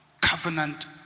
covenant